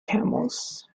camels